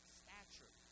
stature